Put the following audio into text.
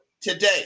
today